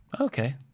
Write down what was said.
Okay